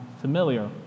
familiar